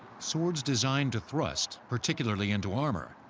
swords designed to thrust, particularly into armor,